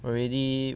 already